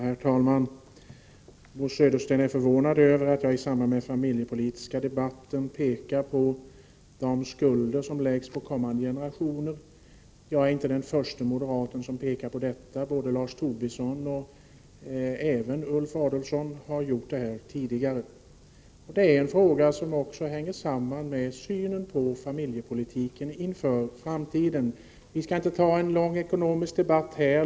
Herr talman! Bo Södersten är förvånad över att jag i samband med den familjepolitiska debatten pekar på de skulder som läggs på kommande generationer. Jag är inte den förste moderat som pekar på detta. Både Lars Tobisson och även Ulf Adelsohn har gjort det tidigare. Det är en fråga som hänger samman med synen på familjepolitiken inför framtiden. Vi skall inte ta upp en lång ekonomisk debatt här.